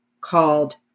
called